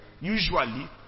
usually